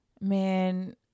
man